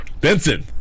Benson